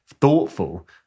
thoughtful